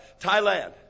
Thailand